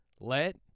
Let